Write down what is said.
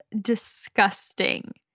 disgusting